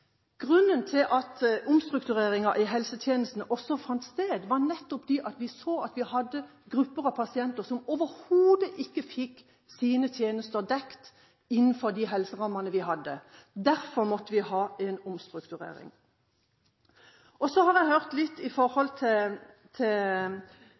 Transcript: Grunnen til at omstruktureringen i helsetjenesten også fant sted, var nettopp det at vi så at vi hadde grupper av pasienter som overhodet ikke fikk sine tjenester dekket innenfor de helserammene vi hadde. Derfor måtte vi ha en omstrukturering. Så litt til det som Laila Dåvøy og Dagrun Eriksen sa. Jeg